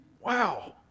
Wow